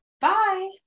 Bye